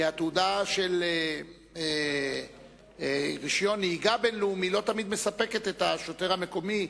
כי התעודה של רשיון נהיגה בין-לאומי לא תמיד מספקת את השוטר המקומי,